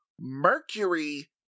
Mercury